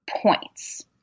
points